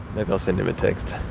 maybe i'll send him a text,